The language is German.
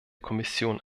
kommission